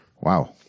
Wow